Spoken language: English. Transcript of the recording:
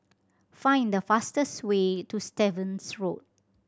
find the fastest way to Stevens Road